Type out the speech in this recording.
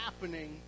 happening